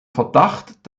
verdacht